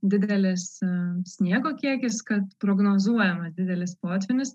didelis sniego kiekis kad prognozuojamas didelis potvynis